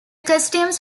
costumes